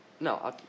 No